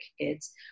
kids